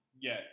Yes